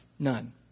None